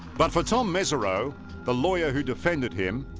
but for tom mesereau the lawyer who defended him,